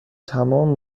تمام